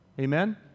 Amen